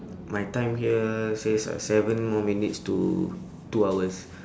my time here says uh seven more minutes to two hours